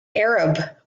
arab